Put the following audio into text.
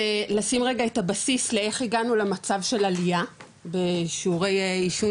זה לשים רגע את הבסיס לאיך הגענו למצב של עלייה בשיעורי עישון